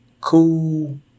cool